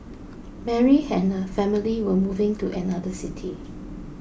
Mary and her family were moving to another city